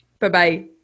Bye-bye